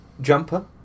jumper